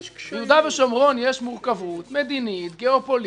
ביהודה ושומרון יש מורכבות מדינית, גאופוליטית,